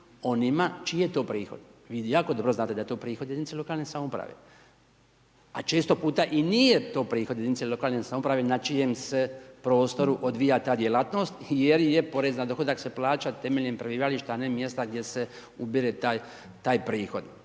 onima čiji je to prihod. Vi jako dobro znate da je to prihod jedinica lokalne samouprave, a često puta i nije to prihod jedinice lokalne samouprave na čijem se prostoru odvija ta djelatnost jer je porez na dohodak se plaća temeljem prebivališta, a ne mjesta gdje se ubire taj prihod.